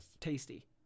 tasty